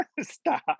Stop